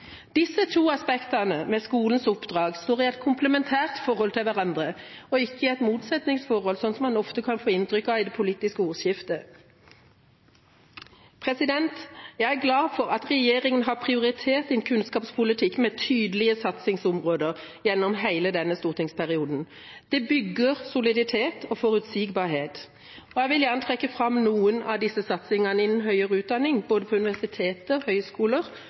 Disse to aspektene ved skolens oppdrag står i et komplementært forhold til hverandre, og ikke i et motsetningsforhold, slik en ofte kan få inntrykk av i det politiske ordskiftet. Jeg er glad for at regjeringa har prioritert en kunnskapspolitikk med tydelige satsingsområder gjennom hele denne stortingsperioden. Det bygger soliditet og forutsigbarhet. Jeg vil gjerne trekke fram noen av disse satsingene innen høyere utdanning, på både universiteter, høyskoler